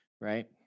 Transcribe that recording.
right